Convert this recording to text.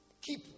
keep